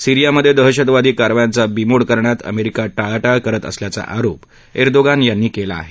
सिरीयामधे दहशतवादी कारवायांचा बिमोड करण्यात अमेरिका टाळाटाळ करत असल्याचा आरोप एर्दोगान यांनी केला आहे